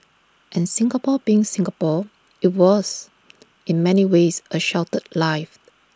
and Singapore being Singapore IT was in many ways A sheltered life